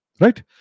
right